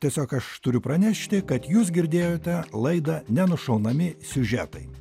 tiesiog aš turiu pranešti kad jūs girdėjote laidą nenušaunami siužetai